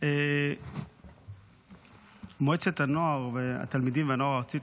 מועצת התלמידים והנוער הארצית,